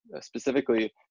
specifically